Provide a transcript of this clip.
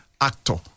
actor